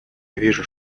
вижу